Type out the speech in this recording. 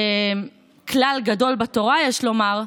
כלל גדול בתורה, יש לומר,